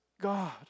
God